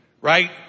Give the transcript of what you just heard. Right